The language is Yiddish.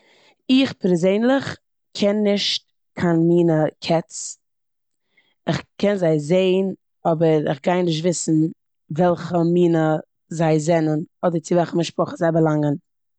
איך פערזענליך קען נישט קיין מינע קעץ. כ'קען זיי זען אבער כ'גיי נישט וויסן וועלכע מינע זיי זענען אדער צו וועלכע משפחה זיי באלאנגען.